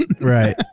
Right